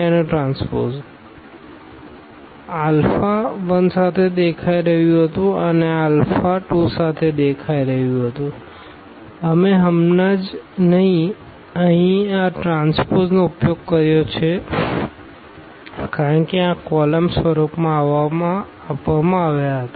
આ આલ્ફા 1 સાથે દેખાઈ રહ્યું હતું અને આ આલ્ફા 2 સાથે દેખાઈ રહ્યું હતું અમે હમણાં જ અહીં આ ટ્રાન્સપોઝનો ઉપયોગ કર્યો છે કારણ કે તે આ કોલમ સ્વરૂપમાં આપવામાં આવ્યા હતા